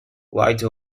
wide